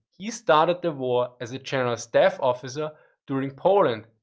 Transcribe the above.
he started the war as a general staff officer during poland,